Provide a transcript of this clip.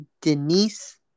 Denise